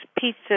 pizza